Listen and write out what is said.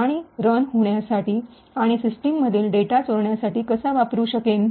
आणि रन होण्यासाठी आणि सिस्टम मधील डेटा चोरण्यासाठी कसा वापरू शकेन